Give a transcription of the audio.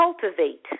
cultivate